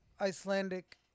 Icelandic